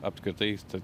apskritais tad